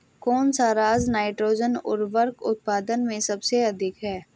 कौन सा राज नाइट्रोजन उर्वरक उत्पादन में सबसे अधिक है?